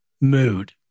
mood